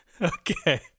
Okay